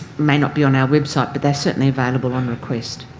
may not be on our website but they're certainly available on request.